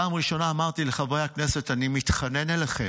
פעם ראשונה אמרתי לחברי הכנסת: אני מתחנן אליכם,